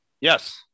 Yes